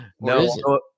No